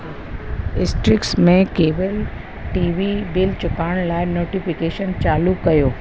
स्ट्रिक्स में cable TV bill चुकाइण लाइ नोटिफिकेशन चालू कयो